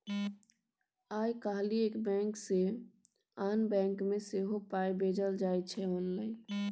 आय काल्हि एक बैंक सँ आन बैंक मे सेहो पाय भेजल जाइत छै आँनलाइन